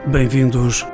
Bem-vindos